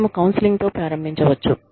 మనము కౌన్సెలింగ్ తో ప్రారంభించవచ్చు